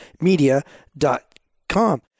media.com